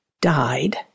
died